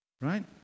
right